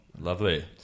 Lovely